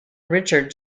richard